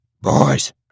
Boys